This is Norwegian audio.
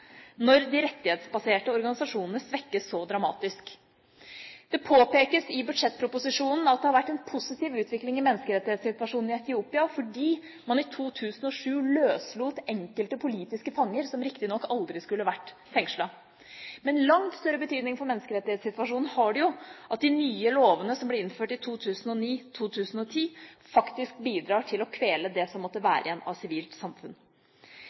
når de rettighetsbaserte organisasjonene svekkes så dramatisk. Det påpekes i budsjettproposisjonen at det har vært en positiv utvikling i menneskerettighetssituasjonen i Etiopia fordi man i 2007 løslot enkelte politiske fanger, som riktignok aldri skulle ha vært fengslet. Men langt større betydning for menneskerettssituasjonen har det jo at de nye lovene som ble innført i 2009–2010, faktisk bidrar til å kvele det som måtte være igjen av sivilt samfunn.